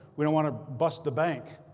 we don't want to bust the bank.